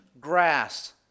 grass